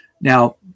Now